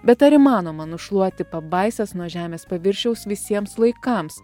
bet ar įmanoma nušluoti pabaisas nuo žemės paviršiaus visiems laikams